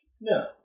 No